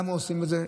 למה עושים את זה?